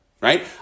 right